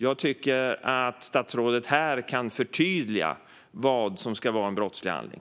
Jag tycker att statsrådet här kan förtydliga vad som ska vara en brottslig handling.